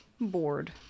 bored